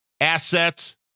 assets